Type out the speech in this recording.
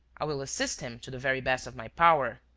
i will assist him to the very best of my power.